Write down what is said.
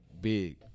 big